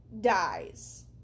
dies